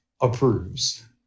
approves